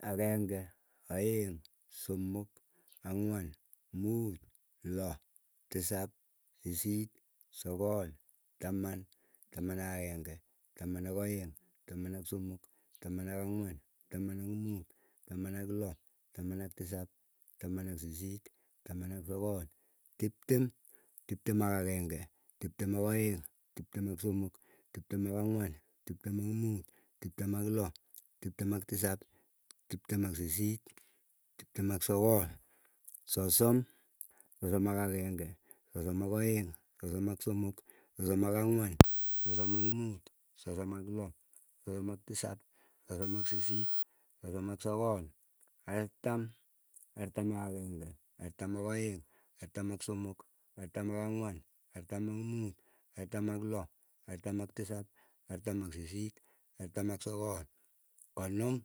Agenge, aeng, somok, ang'wan, muut, loo, tisap, sisit, sokol, taman, taman ak ageng'e, taman ak aeng, taman ak somk, taman ak angwan, taman ak muut, taman ak loo, taman ak tisap, taman ak sisit, taman ak sogol, tiptem, tiptem ak ageng'e, tiptem ak aeng, tiptem ak somok, tiptem ak angwan, tiptem ak muut, tiptem ak loo, tiptem ak tisap, tiptem ak sisit, tiptem ak sogol, sosom, sosom ak ageng'e. sosom ak aeng, sosom ak somok, sosom ak angwan, sosom ak muut, sosom ak loo, sosom ak tisap, sosom ak sisit, sosom ak sogol, artam, artam ak ageng'e, artam ak aeng, artam ak somok, artam ak angwan, artam ak muut, artam ak loo, artam ak tisap, artam ak sisit, artam ak sogol, konom,